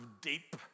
deep